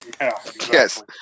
Yes